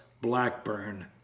blackburn